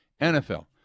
NFL